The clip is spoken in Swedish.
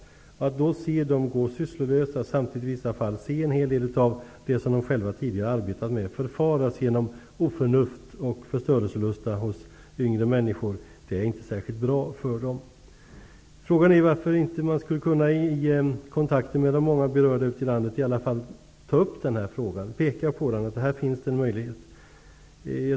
Att dessa människor går sysslolösa och i vissa fall samtidigt ser en hel del av det som de tidigare har arbetat med förfaras genom oförnuft och förstörelselusta hos yngre människor är inte särskilt bra för dem. Frågan är ju varför man inte i kontakter med de många berörda ute i landet i alla fall tar upp den här idén, pekar på den och säger att det här finns en möjlighet.